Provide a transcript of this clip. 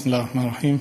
בסם אללה א-רחמאן א-רחים.